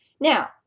Now